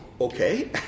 Okay